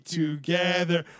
together